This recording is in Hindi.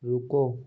रुको